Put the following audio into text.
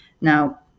Now